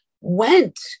went